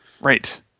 Right